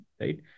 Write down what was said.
right